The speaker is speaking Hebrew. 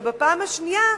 בפעם השנייה,